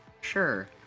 Sure